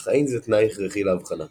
אך אין זה תנאי הכרחי לאבחנה.